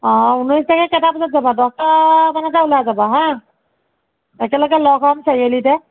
অঁ ঊনৈছ তাৰিখে কেইটা বজাত যাবা দহটা মানতে ওলাই যাবা হাঁ একেলগে লগ হ'ম চাৰিআলিতে